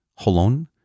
Holon